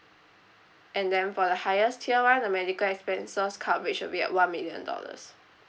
and then for the highest tier one the medical expenses coverage will be at one million dollars